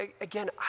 again